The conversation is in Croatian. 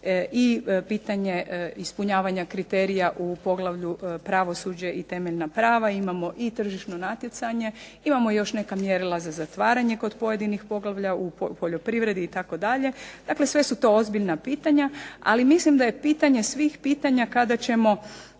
i pitanje ispunjavanja kriterija u poglavlju pravosuđe i temeljna prava, imamo i tržišno natjecanje, imamo još neka mjerila za zatvaranje kod pojedinih poglavlja u poljoprivredi itd., dakle sve su to ozbiljna pitanja, ali mislim da je pitanje svih pitanja kada ćemo